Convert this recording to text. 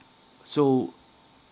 so